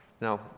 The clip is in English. Now